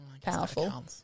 powerful